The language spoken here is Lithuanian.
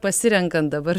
pasirenkant dabar